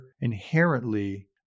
inherently